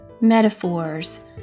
metaphors